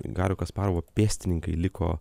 gario kasparovo pėstininkai liko